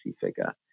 figure